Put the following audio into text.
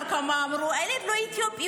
אחר כך אמרו: הילד לא אתיופי,